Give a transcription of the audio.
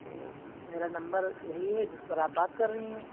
तो मेरा नंबर यही है जिस पर आप बात कर रही हैं